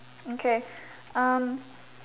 okay um